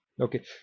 Okay